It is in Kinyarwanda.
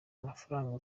amafaranga